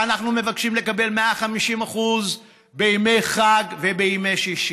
ואנחנו מבקשים לקבל 150% בימי חג ובימי שישי.